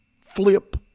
Flip